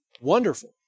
Wonderful